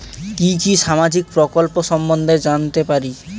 কি কি সামাজিক প্রকল্প সম্বন্ধে জানাতে পারি?